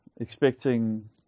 expecting